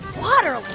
water like